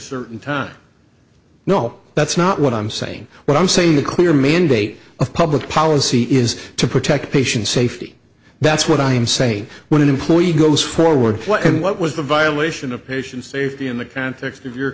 certain time no that's not what i'm saying what i'm saying the clear mandate of public policy is to protect patient safety that's what i'm saying when an employee goes forward and what was the violation of patient safety in the context of your